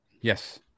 yes